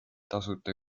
tasuta